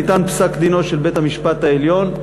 ניתן פסק-דינו של בית-המשפט העליון,